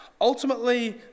Ultimately